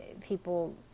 people